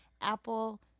Apple